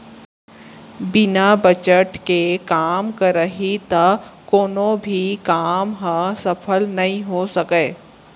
बिना बजट के काम करही त कोनो भी काम ह सफल नइ हो सकय